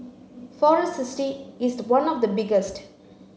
Forest City is one of the biggest